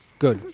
good.